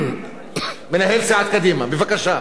מנהל סיעת קדימה, בבקשה.